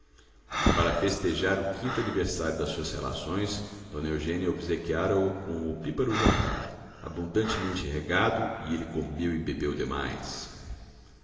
para festejar o quinto aniversário das suas relações dona eugênia obsequiara o com um opíparo jantar abundantemente regado e ele comeu e bebeu demais